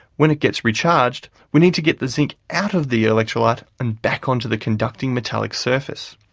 when it gets recharged, we need to get the zinc out of the electrolyte and back onto the conducting metallic surface.